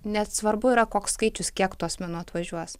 ne svarbu yra koks skaičius kiek tų asmenų atvažiuos